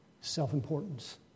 self-importance